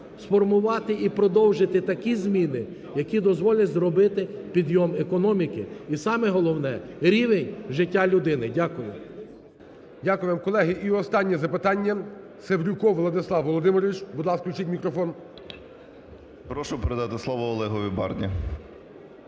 сформувати і продовжити такі зміни, які дозволять зробити підйом економіки і саме головне – рівень життя людини. Дякую. ГОЛОВУЮЧИЙ. Дякую вам. Колеги, і останнє запитання. Севрюков Владислав Володимирович, будь ласка, включіть мікрофон. 11:13:36 СЕВРЮКОВ В.В. Прошу передати слово Олегові Барні.